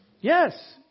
Yes